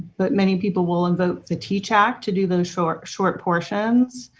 but many people will invoke the ttac to do those short short portions.